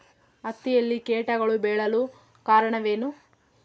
ಹತ್ತಿಯಲ್ಲಿ ಕೇಟಗಳು ಬೇಳಲು ಕಾರಣವೇನು?